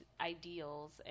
ideals